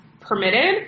permitted